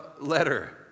letter